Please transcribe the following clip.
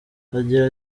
agira